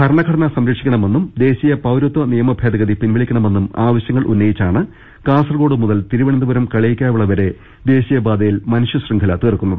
ഭരണഘടന സംരക്ഷിക്കണമെന്നും ദേശീയ പൌരത്വ നിയമ ഭേദഗതി പിൻവലിക്കണമെന്നും ആവശ്യം ഉന്നയിച്ചാണ് കാസർക്കോട് മുതൽ തിരുവനന്തപുരം കളിയിക്കാവിള വരെ ദേശീയപാതയിൽ മനുഷ്യശൃംഖല തീർക്കുന്നത്